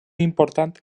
important